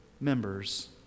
members